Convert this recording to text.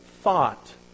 thought